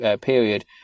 period